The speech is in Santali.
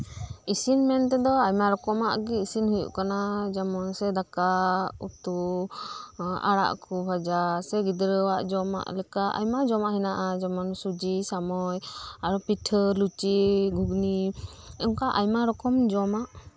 ᱤᱥᱤᱱ ᱢᱮᱱᱛᱮ ᱫᱚ ᱟᱭᱢᱟ ᱨᱚᱠᱚᱢᱟᱜ ᱜᱮ ᱤᱥᱤᱱ ᱦᱳᱭᱳᱜ ᱠᱟᱱᱟ ᱟᱨ ᱡᱮᱢᱚᱱ ᱫᱟᱠᱟ ᱩᱛᱩ ᱟᱲᱟᱜ ᱠᱚ ᱦᱟᱠᱳ ᱵᱷᱟᱡᱟ ᱥᱮ ᱜᱤᱫᱽᱨᱟᱹ ᱟᱜ ᱡᱚᱢᱟᱜ ᱠᱚ ᱟᱭᱢᱟ ᱡᱚᱢᱟᱜ ᱢᱮᱱᱟᱜᱼᱟ ᱥᱟᱢᱟᱭ ᱠᱚ ᱟᱨᱦᱚᱸ ᱯᱤᱴᱷᱟᱹ ᱞᱩᱪᱤ ᱜᱷᱩᱽᱱᱤ ᱚᱱᱠᱟ ᱟᱭᱢᱟ ᱨᱚᱠᱚᱢ ᱡᱚᱢᱟᱜ